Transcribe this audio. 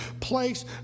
place